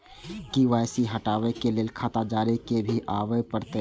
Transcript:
KYC हटाबै के लैल खाता धारी के भी आबे परतै?